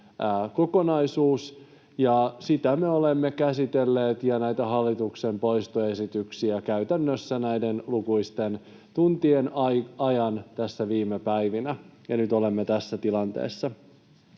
kokonaisuus. Sitä ja näitä hallituksen poistoesityksiä me olemme käsitelleet käytännössä näiden lukuisten tuntien ajan tässä viime päivinä, ja nyt olemme tässä tilanteessa.